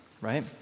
right